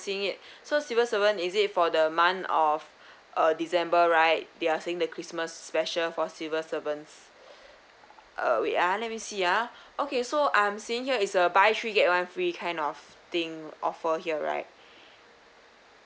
seeing it so civil servant is it for the month of uh december right they are saying the christmas special for civil servants uh wait uh let me see uh okay so I'm seeing here is a buy three get one free kind of thing offer here right